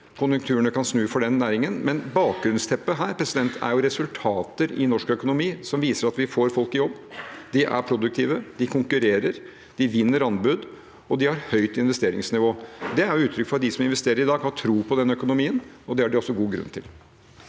konjunkturene kan snu for den næringen. Bakgrunnsteppet her er resultater i norsk økonomi som viser at vi får folk i jobb, de er produktive, de konkurrerer, de vinner anbud, og de har høyt investeringsnivå. Det er uttrykk for at de som investerer i dag, har tro på den økonomien, og det har de også god grunn til.